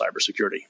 cybersecurity